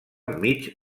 mig